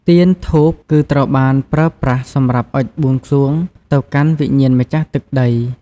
ទៀន ធូបគឺ ត្រូវបានប្រើប្រាស់សម្រាប់អុជបួងសួងទៅកាន់វិញ្ញាណម្ចាស់ទឹកដី។